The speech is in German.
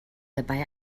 dabei